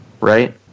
right